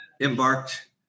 embarked